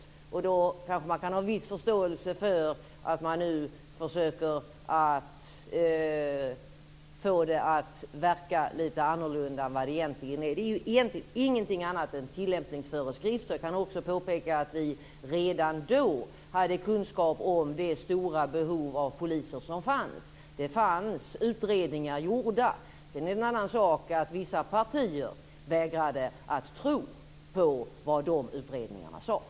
Då kanske man kan ha viss förståelse för att man nu försöker få det att verka lite annorlunda än vad det egentligen är. Det är ingenting annat än tillämpningsföreskrifter. Jag kan också påpeka att vi redan då hade kunskap om det stora behov av poliser som fanns. Det fanns utredningar gjorda. Sedan är det en annan sak att vissa partier vägrade att tro på vad de utredningarna sade.